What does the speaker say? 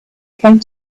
came